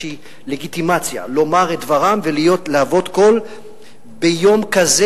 לגיטימציה לומר את דברם ולהוות קול ביום כזה,